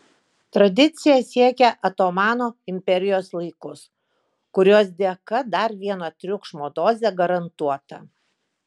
tradicija siekia otomano imperijos laikus kurios dėka dar viena triukšmo dozė garantuota